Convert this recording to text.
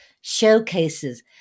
showcases